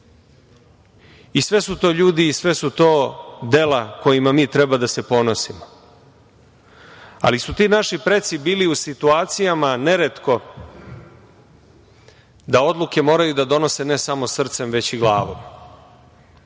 toga. Sve su to ljudi i sve su to dela kojima mi treba da se ponosimo, ali su ti naši preci bili u situacijama neretko da odluke moraju da donose ne samo srcem, već i glavom.